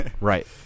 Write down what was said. Right